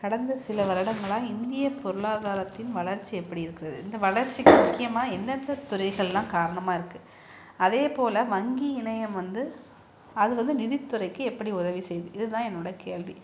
கடந்த சில வருடங்களாக இந்திய பொருளாதாரத்தின் வளர்ச்சி எப்படி இருக்கிறது இந்த வளர்ச்சிக்கு முக்கியமாக எந்தெந்த துறைகள் எல்லாம் காரணமாக இருக்கு அதேபோல் வங்கி இணையம் வந்து அது வந்து நிதித்துறைக்கு எப்படி உதவு செய்யுது இது தான் என்னோட கேள்வி